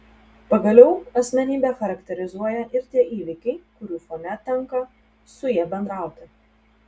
pagaliau asmenybę charakterizuoja ir tie įvykiai kurių fone tenka su ja bendrauti